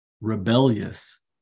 rebellious